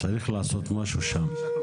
צריך לעשות משהו שם.